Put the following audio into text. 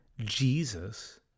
Jesus